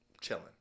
chilling